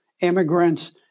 immigrants